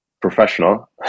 professional